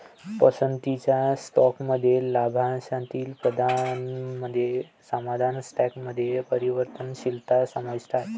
पसंतीच्या स्टॉकमध्ये लाभांशातील प्राधान्यामध्ये सामान्य स्टॉकमध्ये परिवर्तनशीलता समाविष्ट आहे